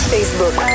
Facebook